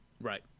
Right